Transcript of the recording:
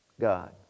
God